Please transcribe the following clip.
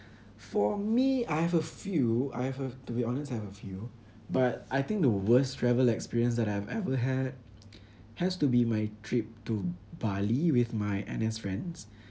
for me I have a few I have a to be honest I have a few but I think the worst travel experience that I've ever had has to be my trip to Bali with my N_S friends